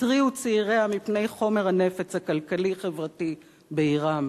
התריעו צעיריה מפני חומר הנפץ הכלכלי-חברתי בעירם,